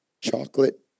chocolate